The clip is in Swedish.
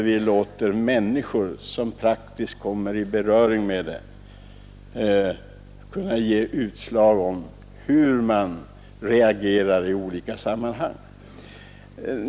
Vi bör också låta människor, som praktiskt kommer i beröring härmed, få tillfälle att redogöra för hur de reagerar i olika sammanhang.